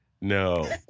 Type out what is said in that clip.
No